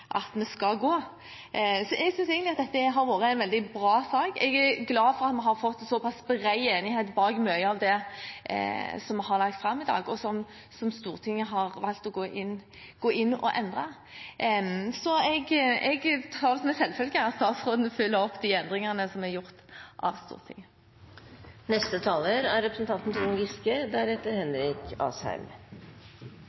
skal gå i. Jeg synes egentlig at dette har vært en bra sak. Jeg er glad for at vi har fått en så pass bred enighet om mye av det som er lagt fram i dag, og som Stortinget har valgt å gå inn i og endret. Så jeg tar det som en selvfølge at statsråden følger opp de endringene som er gjort av Stortinget. Jeg er også enig med representanten